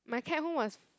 my cab home was